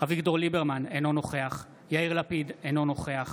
אביגדור ליברמן, אינו נוכח יאיר לפיד, אינו נוכח